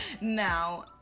now